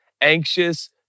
anxious